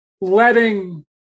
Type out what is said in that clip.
letting